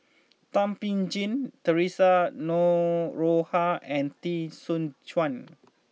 Thum Ping Tjin Theresa Noronha and Teo Soon Chuan